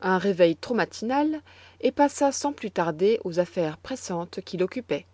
à un réveil trop matinal et passa sans plus tarder aux affaires pressantes qui l'occupaient